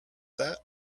that